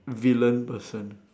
villain person